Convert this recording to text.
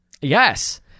Yes